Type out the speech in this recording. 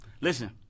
Listen